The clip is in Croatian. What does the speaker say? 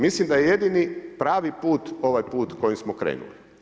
Mislim da je jedini pravi put ovaj put kojim smo krenuli.